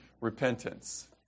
repentance